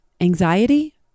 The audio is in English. anxiety